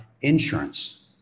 insurance